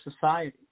society